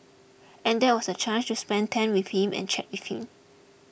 and that was a chance to spend time with him and chat with him